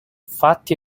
fatti